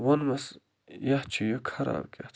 ووٚنمس یِتھ چھُ یہِ خراب کہتانۍ